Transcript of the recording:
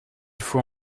faut